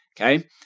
okay